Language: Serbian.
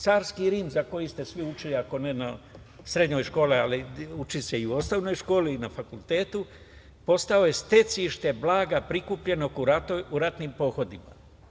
Carski Rim za koji ste svi učili ako ne u srednjoj školi, uči se i u osnovnoj školi i na fakultetu, postao je stecište blaga prikupljenog u ratnim pohodima.